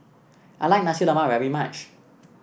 I like Nasi Lemak very much